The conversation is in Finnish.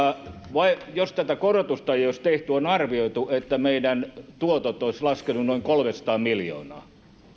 jos tätä korotusta ei olisi tehty on arvioitu että meidän tuotot olisivat laskeneet noin kolmesataa miljoonaa